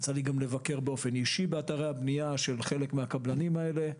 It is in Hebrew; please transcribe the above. יצא לי גם לבקר באופן אישי באתרי הבנייה של חלק מן הקבלנים האלה.